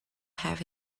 have